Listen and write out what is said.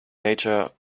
nature